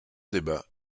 débat